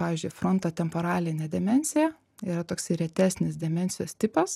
pavyzdžiui frontotemporalinė demencija yra toksai retesnis demencijos tipas